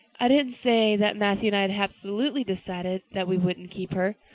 i didn't say that matthew and i had absolutely decided that we wouldn't keep her.